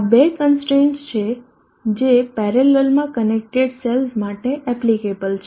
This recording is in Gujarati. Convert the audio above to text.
આ બે કનસ્ટ્રેઈનટ્સ છે જે પેરેલલમાં કનેક્ટેડ સેલ્સ માટે એપ્લીકેબલ છે